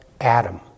Adam